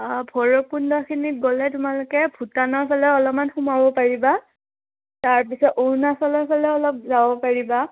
অঁ ভৈৰৱকুণ্ডখিনিত গ'লে তোমালোকে ভূটানৰ ফালে অলপমান সোমাব পাৰিবা তাৰপিছত অৰুণাচলৰ ফালে অলপ যাব পাৰিবা